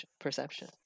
perception